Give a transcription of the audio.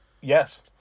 Yes